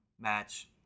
match